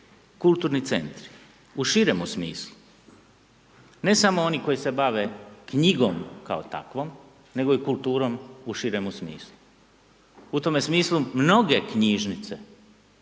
kulturni centri u širemu smislu. Ne samo oni koji se bave knjigom kao takvom nego i kulturom u širemu smislu. U tome smislu mnoge knjižnice